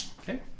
Okay